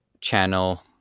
channel